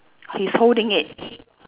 he's holding it